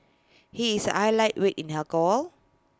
he is A lightweight in alcohol